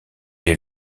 est